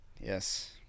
Yes